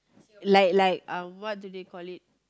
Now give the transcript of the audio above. like like uh what do they call it